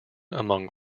among